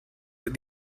that